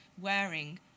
wearing